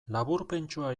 laburpentxoa